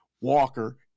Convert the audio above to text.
Walker